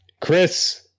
Chris